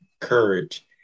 courage